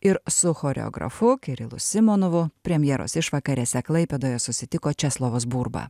ir su choreografu kirilu simonovu premjeros išvakarėse klaipėdoje susitiko česlovas burba